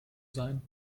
sein